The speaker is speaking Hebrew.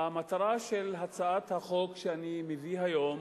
המטרה של הצעת החוק שאני מביא היום